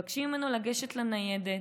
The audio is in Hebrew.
מבקשים ממנו לגשת לניידת,